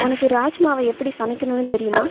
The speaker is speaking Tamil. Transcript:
உனக்கு ராஜ்மாவை எப்படி சமைக்கணும்னு தெரியுமா